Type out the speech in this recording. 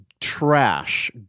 trash